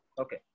Okay